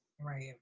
Right